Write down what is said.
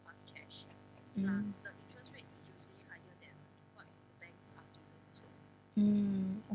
mm mm